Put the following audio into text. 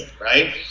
right